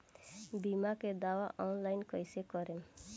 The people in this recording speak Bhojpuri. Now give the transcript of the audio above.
बीमा के दावा ऑनलाइन कैसे करेम?